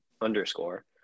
underscore